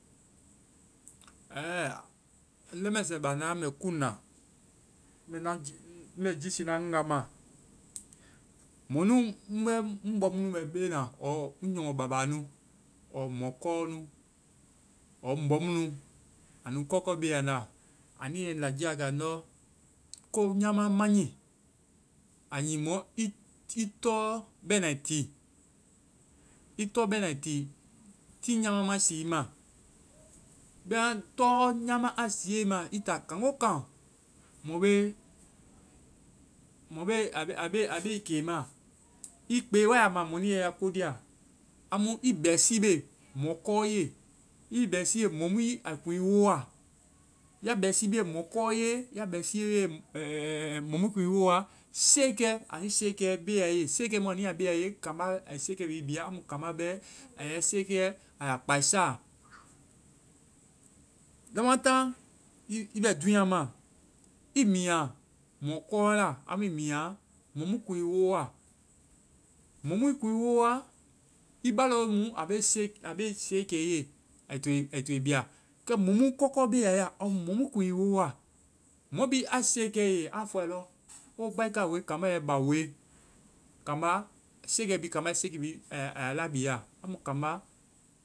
Ɛɛ, ŋ leŋmɛsɛ banda, mɛ kuŋ na, ŋ bɛ giisina ŋ ngaga ma, mɔnu-mu bɛ ŋ bɔ mu nu bɛ be na, ɔɔ ŋ nyɔmɔ baba nu ɔɔ mɔkɔnu. ɔɔ ŋ bɔmunu anu kɔkɔ beya ŋnda. Anu yɛ ŋ lajii wa kɛ, andɔ, ko nyama ma nyii. A nyii mɔ i tɔɔ bɛnai ti- i tɔɔ bɛnai ti. Tiin nyama ma sii i ma. Bɛma tɔɔ nyama a siie i ma, i taa kangokan, mɔ be-mɔ be-a be i ke maa. I kpe wa ya ma mɔnui ya ko lia. Amu i bɛsii be mɔ kɔɔ ye. I bɛsii be mɔmu a kuŋ i woa. Ya bɛsii be mɔ kɔɔ ye, ya bɛsii be mɔmu kuŋ i woa, siiekɛ, anui siiekɛ be ya i ye. Siiekɛ mu anu ya be ya i ye, kambá ai siiekɛ bi bia. Amu kambá bɛ, ai ya siiekɛ, a ya kpaisaa. Lamataŋ i-i bɛ dúunyaa ma, i miinyaa mɔkɔɔ la. Amu i miinyaa mɔ mu kuŋ i wooa. Mɔ mu kuŋ i wooa, i ba lɔɔ mu a be siiekɛ i ye ai ti to i bia. Kɛ, mɔmu kɔɔkɔɔ beya i ya, ɔɔ mɔmu kuŋ i wooa. Mɔ bi a siiekɛe i ye, aa fɔe lɔ, wo baika we. Kambá yɛ i bao we. Kambá, siiekɛ bi-kambá i siiekɛ bi, ai ya la bia. Amu kambá